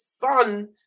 fun